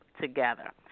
together